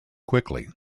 quickly